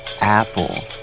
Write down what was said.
Apple